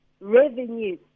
revenue